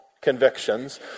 convictions